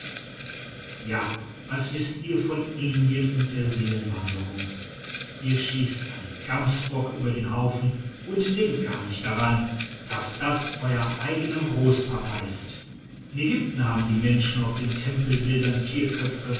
ja was wißt ihr von indien und der seelenwanderung ihr schießt einen gamsbock über den haufen und denkt gar nicht daran daß das euer eigener großpapa ist in ägypten haben die menschen auf den tempelbildern tierköpfe